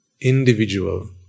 individual